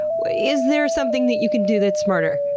is there something that you can do that's smarter?